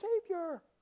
Savior